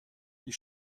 die